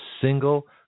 single